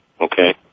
Okay